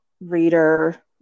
reader